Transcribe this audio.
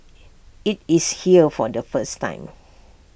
IT is here for the first time